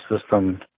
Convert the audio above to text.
system